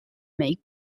make